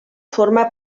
forma